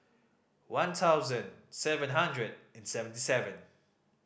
one thousand seven hundred and seventy seven